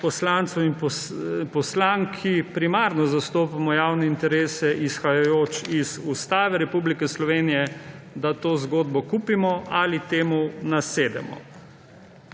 poslancev in poslank, ki primarno zastopamo javne interese, izhajajoč iz Ustave Republike Slovenije, da to zgodbo kupimo ali temu nasedemo.